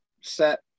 set